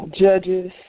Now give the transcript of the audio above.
Judges